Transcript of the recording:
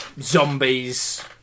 zombies